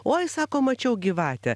oi sako mačiau gyvatę